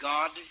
God